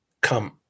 come